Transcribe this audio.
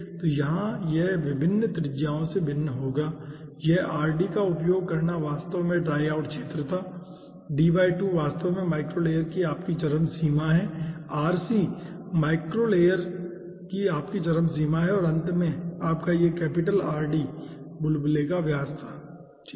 तो यहाँ यह विभिन्न त्रिज्याओं से भिन्न होगा इस का उपयोग करना वास्तव में ड्राई आउट क्षेत्र था वास्तव में माइक्रो लेयर की आपकी चरम सीमा है rc मैक्रो लेयर की आपकी चरम सीमा है और अंत में आपका यह कैपिटल rd बुलबुला का व्यास था ठीक है